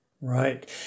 Right